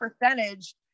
percentage